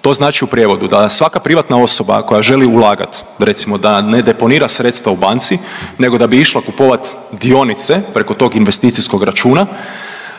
To znači u prijevodu da svaka privatna osoba koja želi ulagati recimo da ne deponira sredstva u banci, nego da bi išla kupovati dionice preko tog investicijskog računa